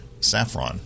saffron